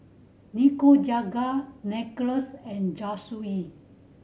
Nikujaga Nachos and Zosui